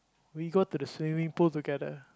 we go to the swimming pool together